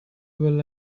well